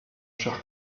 cher